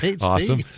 Awesome